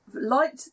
liked